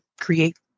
create